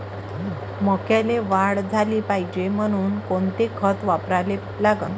मक्याले वाढ झाली पाहिजे म्हनून कोनचे खतं वापराले लागन?